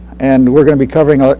and we're going to be covering ah